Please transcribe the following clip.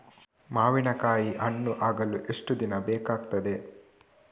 ಮಾವಿನಕಾಯಿ ಹಣ್ಣು ಆಗಲು ಎಷ್ಟು ದಿನ ಬೇಕಗ್ತಾದೆ?